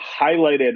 highlighted